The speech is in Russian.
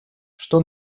что